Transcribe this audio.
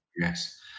Yes